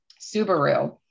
Subaru